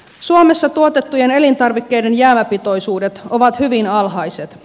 suomessa tuotettujen elintarvikkeiden jäämäpitoisuudet ovat hyvin alhaiset